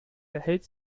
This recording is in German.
verhält